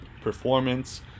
performance